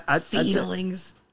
Feelings